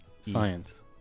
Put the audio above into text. science